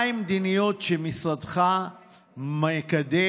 2. מהי המדיניות שמשרדך מקדם,